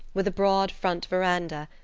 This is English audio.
with a broad front veranda,